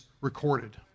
recorded